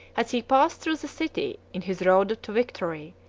as he passed through the city, in his road to victory,